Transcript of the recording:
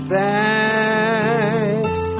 thanks